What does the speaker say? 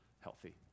healthy